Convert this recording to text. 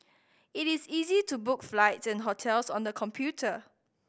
it is easy to book flights and hotels on the computer